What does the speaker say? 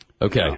Okay